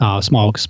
small